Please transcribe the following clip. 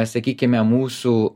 sakykime mūsų